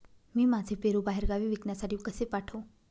मी माझे पेरू बाहेरगावी विकण्यासाठी कसे पाठवू?